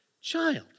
child